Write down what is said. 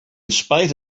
spite